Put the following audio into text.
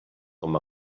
com